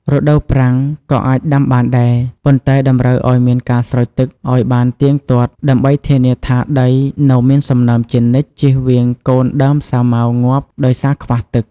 រដូវប្រាំង ក៏អាចដាំបានដែរ ប៉ុន្តែតម្រូវឲ្យមានការស្រោចទឹកឲ្យបានទៀងទាត់ដើម្បីធានាថាដីនៅមានសំណើមជានិច្ច ជៀសវាងកូនដើមសាវម៉ាវងាប់ដោយសារខ្វះទឹក។